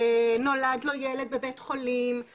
שנולד לו ילד בבית חולים,